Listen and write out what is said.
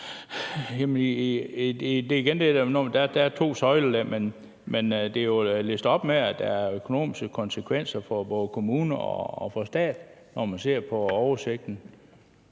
der er to søjler der, men det er jo listet op, at der er økonomiske konsekvenser for både kommunerne og for staten, når man ser på oversigten.